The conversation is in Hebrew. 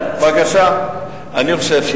אני חושב,